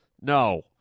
No